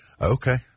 Okay